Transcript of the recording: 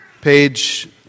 page